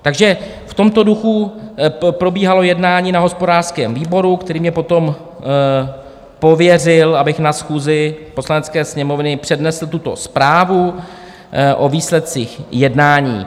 V tomto duchu probíhalo jednání na hospodářském výboru, který mě potom pověřil, abych na schůzi Poslanecké sněmovny přednesl tuto zprávu o výsledcích jednání.